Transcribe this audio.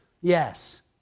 yes